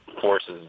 forces